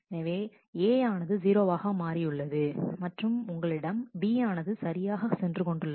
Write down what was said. எனவே A ஆனது 0 வாக மாறியுள்ளது மற்றும் உங்களிடம் உள்ள B ஆனது சரியாக சென்று கொண்டுள்ளது